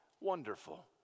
wonderful